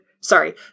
sorry